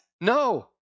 No